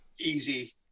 easy